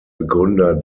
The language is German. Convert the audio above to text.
begründer